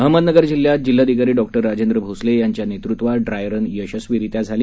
अहमदनगर जिल्ह्यात जिल्हाधिकारी डॉक्टर राजेन्द्र भोसले यांच्या नेतृत्वात ड्राय रन यशस्वीरित्या झाली